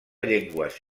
llengües